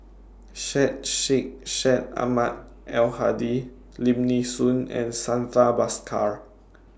Syed Sheikh Syed Ahmad Al Hadi Lim Nee Soon and Santha Bhaskar